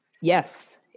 Yes